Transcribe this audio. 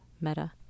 meta